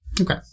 okay